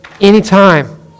anytime